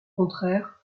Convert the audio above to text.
contraire